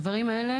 הדברים האלה